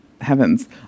Heavens